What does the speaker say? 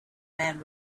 man